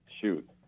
shoot